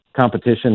competition